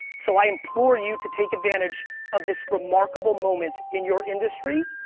so i implore you to take advantage of this remarkable moment in your industry,